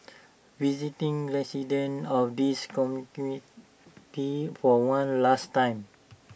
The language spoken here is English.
visiting residents of this community for one last time